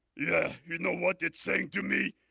yeah, you know what it's saying to me?